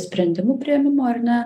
sprendimų priėmimo ar ne